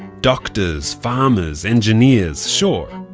doctors, farmers, engineers sure.